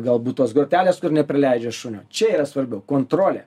galbūt tos grotelės kur neprileidžia šunio čia yra svarbiau kontrolė